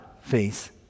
face